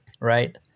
right